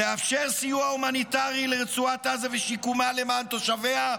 לאפשר סיוע הומניטרי לרצועת עזה ושיקומה למען תושביה,